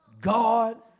God